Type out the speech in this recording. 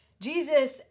Jesus